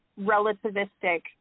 relativistic